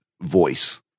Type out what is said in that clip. voice